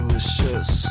Delicious